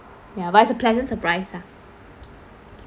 ya but it's a pleasant surprise lah